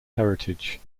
heritage